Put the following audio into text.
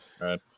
Right